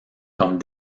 comme